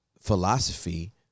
philosophy